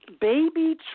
baby